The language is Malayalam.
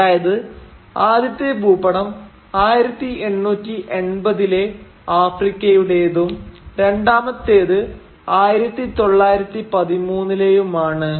അതായത് ആദ്യത്തെ ഭൂപടം 1880 ലെ ആഫ്രിക്കയുടേതും രണ്ടാമത്തേത് 1913 ലെയുമാണ്